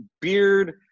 beard